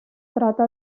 trata